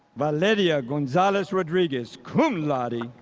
valeria gonzalez rodriguez, cum laude,